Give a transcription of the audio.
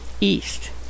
East